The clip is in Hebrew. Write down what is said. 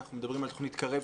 אנחנו מדברים על תכנית "קרב",